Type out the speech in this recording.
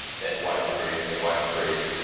then widen the group and widen the group.